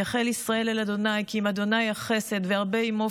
יחל ישראל אל ה' כי עם ה' החסד והרבה עִמו